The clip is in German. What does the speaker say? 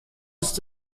ist